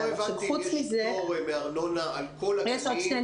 לא הבנתי אם יש פטור מארנונה על כל הגנים,